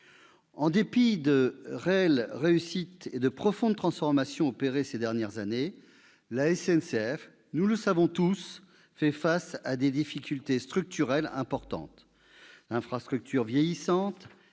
En dépit de réelles réussites et de profondes transformations opérées ces dernières années, la SNCF fait face à des difficultés structurelles importantes : infrastructures vieillissantes,